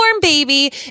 baby